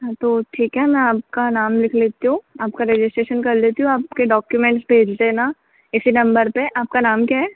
हाँ तो ठीक है मैं आपका नाम लिख लेती हूँ आपका रजिस्ट्रेशन कर लेती हूँ आपके डॉक्युमेंट्स भेज देना इसी नंबर पर आपका नाम क्या है